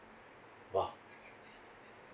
!wow!